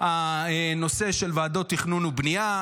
מכל הנושא של ועדות תכנון ובנייה.